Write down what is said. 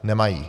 Nemají!